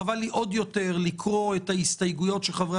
חבל לי עוד יותר לקרוא את ההסתייגויות שחברי